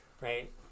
Right